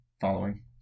following